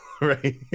right